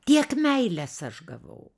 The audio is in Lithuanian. kiek meilės aš gavau